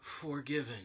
forgiven